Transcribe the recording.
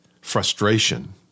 frustration